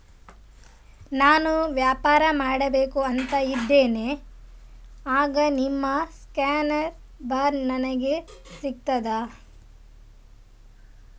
ನಾನು ವ್ಯಾಪಾರ ಮಾಡಬೇಕು ಅಂತ ಇದ್ದೇನೆ, ಆಗ ನಿಮ್ಮ ಸ್ಕ್ಯಾನ್ ಬಾರ್ ನನಗೆ ಸಿಗ್ತದಾ?